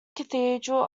cathedral